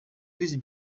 this